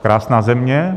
Krásná země.